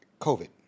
COVID